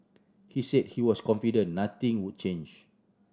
he said he was confident nothing would change